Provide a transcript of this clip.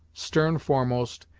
stern foremost,